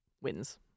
wins